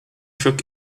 choc